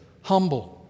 Humble